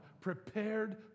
prepared